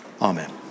Amen